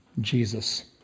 Jesus